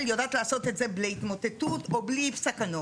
יודעת לעשות את זה בלי התמוטטות או בלי סכנות,